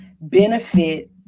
benefit